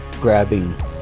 grabbing